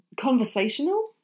conversational